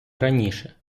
раніше